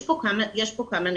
יש פה כמה נקודות.